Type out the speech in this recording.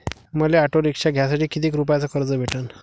मले auto rickshaw घ्यासाठी कितीक रुपयाच कर्ज भेटनं?